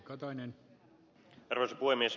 arvoisa puhemies